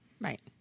Right